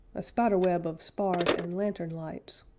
a spider-web of spars and lantern-lights,